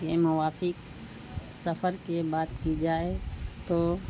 یہ موافق سفر کے بات کی جائے تو